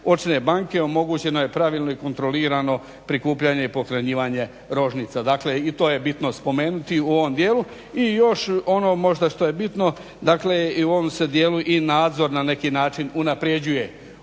očne banke omogućeno je pravilno i kontrolirano prikupljanje i pohranjivanje rožnica. Dakle i to je bitno spomenuti u ovom dijelu još ono možda što je bitno i u ovom se dijelu i nadzor na neki način unapređuje.